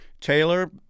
Taylor